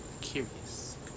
Curious